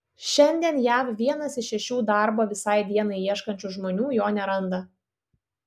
šiandien jav vienas iš šešių darbo visai dienai ieškančių žmonių jo neranda